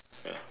ya